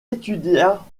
étudia